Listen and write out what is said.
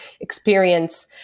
experience